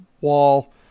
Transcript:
wall